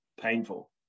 painful